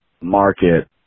market